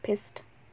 pissed